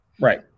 Right